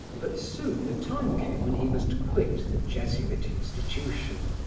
but soon the time came when he must quit the jesuit institution.